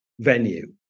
venue